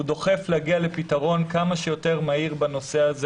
הוא דוחף להגיע לפתרון כמה שיותר מהיר בנושא הזה